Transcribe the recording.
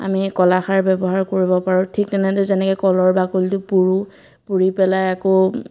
আমি কলাখাৰ ব্যৱহাৰ কৰিব পাৰোঁ ঠিক তেনেদৰে যেনেকৈ কলৰ বাকলিটো পুৰোঁ পুৰি পেলাই আকৌ